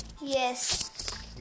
Yes